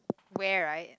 where right